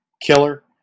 killer